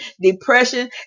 depression